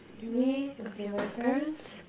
to me okay my parents